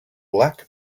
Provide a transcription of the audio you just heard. black